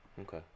Okay